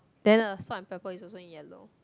then uh salt and pepper is also yellow